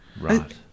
Right